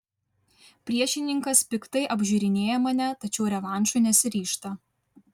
priešininkas piktai apžiūrinėja mane tačiau revanšui nesiryžta